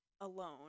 alone